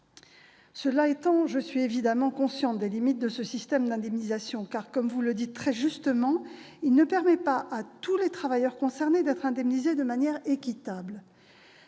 Cela étant, je suis évidemment consciente des limites de ce système d'indemnisation. En effet, comme vous le dites très justement, il ne permet pas à tous les travailleurs concernés d'être indemnisés de manière équitable.